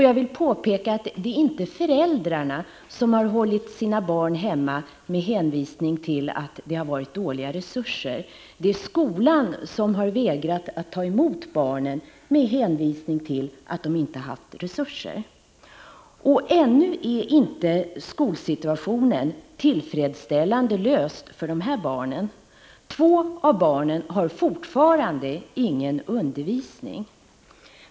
Jag vill påpeka att det inte är föräldrarna som har hållit sina barn hemma med hänvisning till att det har varit dåliga resurser, utan det är skolan som har vägrat ta emot barnen med hänvisning till att man inte har tillräckliga resurser. Ännu är inte skolsituationen tillfredsställande löst för de här barnen. Två av barnen har fortfarande ingen undervisning.